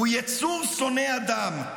הוא יצור שונא אדם.